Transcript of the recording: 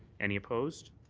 any opposed.